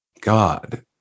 God